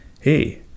Hey